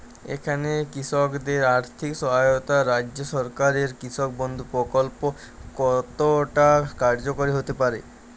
এখানে কৃষকদের আর্থিক সহায়তায় রাজ্য সরকারের কৃষক বন্ধু প্রক্ল্প কতটা কার্যকরী হতে পারে?